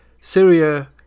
Syria